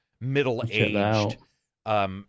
middle-aged